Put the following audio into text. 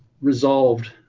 resolved